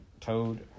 Toad